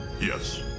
Yes